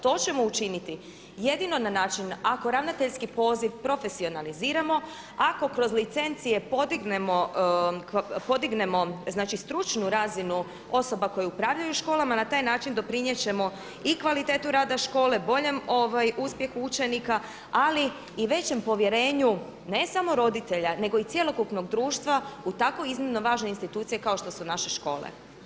To ćemo učiniti jedino na način ako ravnateljski poziv profesionaliziramo, ako kroz licence podignemo znači stručnu razinu osoba koje upravljaju školama, na taj način doprinijet ćemo i kvalitetu rada škole, boljem uspjehu učenika ali i većem povjerenju ne samo roditelja nego i cjelokupnog društva u tako iznimno važne institucije kao što su naše škole.